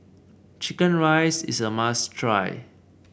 chicken rice is a must try